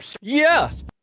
Yes